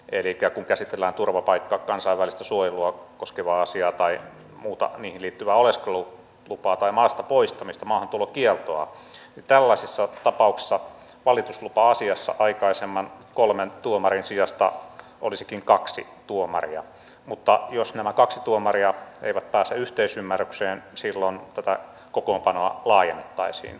elikkä kun käsitellään turvapaikkaa kansainvälistä suojelua koskevaa asiaa tai muuta niihin liittyvää oleskelulupaa tai maasta poistamista maahantulokieltoa niin tällaisissa tapauksissa valituslupa asiassa aikaisemman kolmen tuomarin sijasta olisikin kaksi tuomaria mutta jos nämä kaksi tuomaria eivät pääse yhteisymmärrykseen silloin tätä kokoonpanoa laajennettaisiin